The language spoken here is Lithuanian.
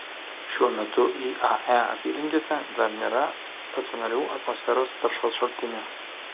šiuo metu iae apylinkėse dar nėra stacionarių atmosferos taršos šaltinių